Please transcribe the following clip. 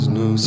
no